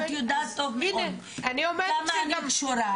את יודעת טוב מאוד כמה אני קשורה,